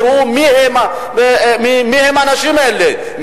יראו מי הם האנשים האלה,